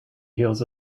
heels